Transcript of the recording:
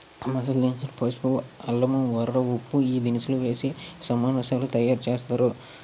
ఆ మసాలా దినుసులు పసుపు అల్లము ఓ రవ్వ ఉప్పు ఈ దినుసులు వేసి సమొసాలు తయారుచేస్తారు